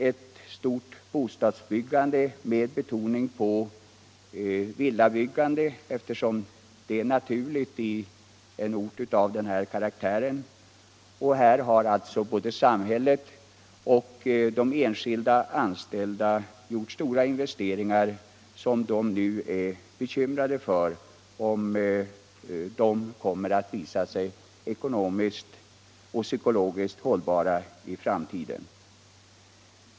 Ett stort bostadsbyggande har satts i gång med betoning på villabyggande, eftersom det är naturligt i en ort av den här karaktären. Här har alltså både samhället och de enskilda anställda gjort stora investeringar, och de är nu bekymrade över om dessa kommer att visa sig ekonomiskt och psykologiskt hållbara i framtiden.